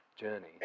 Journey